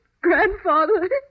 grandfather